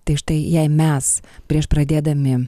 tai štai jei mes prieš pradėdami